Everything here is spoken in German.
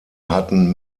hatten